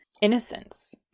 innocence